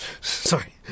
Sorry